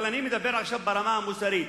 אבל אני מדבר עכשיו ברמה המוסרית.